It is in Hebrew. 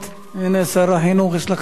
הנה, שר החינוך פה.